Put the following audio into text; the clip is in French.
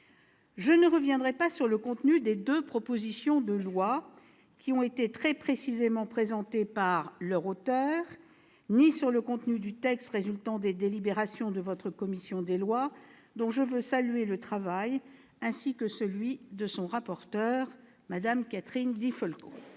Je ne reviendrai pas sur le contenu des deux propositions de loi, qui ont été très précisément présentées par leurs auteurs, ni sur le contenu du texte résultant des délibérations de votre commission des lois, dont je veux saluer le travail, en particulier celui de son rapporteur, Mme Catherine Di Folco.